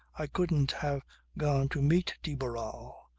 i couldn't have gone to meet de barral.